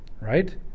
Right